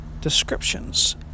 descriptions